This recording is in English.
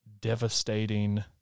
devastating